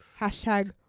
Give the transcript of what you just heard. Hashtag